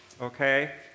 okay